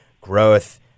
growth